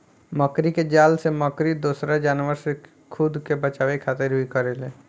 मकड़ी के जाल से मकड़ी दोसरा जानवर से खुद के बचावे खातिर भी करेले